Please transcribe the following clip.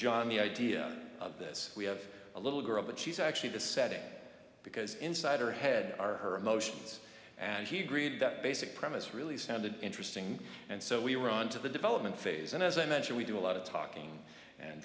john the idea of this we have a little girl but she's actually this setting because inside her head are her emotions and he agreed that basic premise really sounded interesting and so we were on to the development phase and as i mentioned we do a lot of talking and